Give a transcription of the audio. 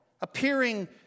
appearing